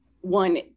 One